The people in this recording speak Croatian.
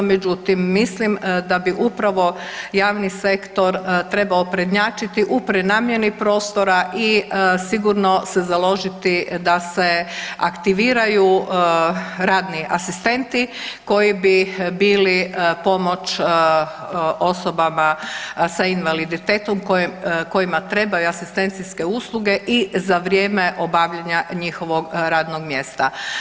Međutim, mislim da bi upravo javni sektor trebao prednjačiti u prenamjeni prostora i sigurno se založiti da se aktiviraju radni asistenti koji bi bili pomoć osobama s invaliditetom kojima trebaju asistencijske usluge i za vrijeme obavljanja njihovog radnog mjesta.